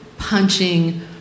Punching